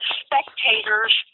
spectators